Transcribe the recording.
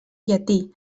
llatí